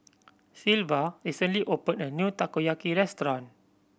Sylva recently opened a new Takoyaki restaurant